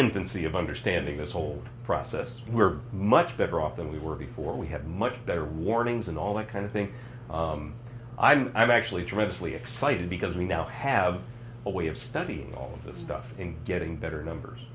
infancy of understanding this whole process we're much better off than we were before we had much better warnings and all that kind of thing i'm actually tremendously excited because we now have a way of studying all this stuff in getting better numbers